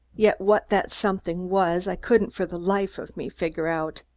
yet what that something was i couldn't for the life of me figure out.